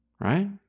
right